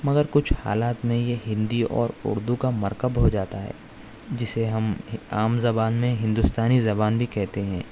مگر کچھ حالات میں یہ ہندی اور اردو کا مرکب ہو جاتا ہے جسے ہم عام زبان میں ہندوستانی زبان بھی کہتے ہیں